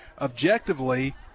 objectively